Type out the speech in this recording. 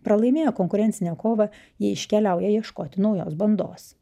pralaimėjo konkurencinę kovą jie iškeliauja ieškoti naujos bandos